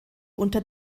unter